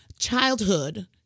childhood